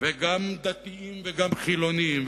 וגם דתיים וגם חילונים,